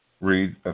read